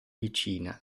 vicina